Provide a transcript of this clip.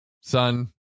son